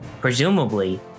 presumably